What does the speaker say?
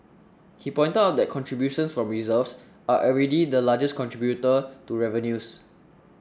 he pointed out that contributions from reserves are already the largest contributor to revenues